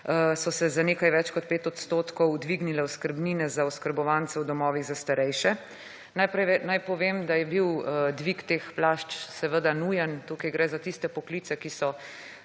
so se za nekaj več kot 5 % dvignile oskrbnine za oskrbovance v domovih za starejše. Najprej naj povem, da je bil dvig teh plač seveda nujen. Tukaj gre za tiste poklice, ki so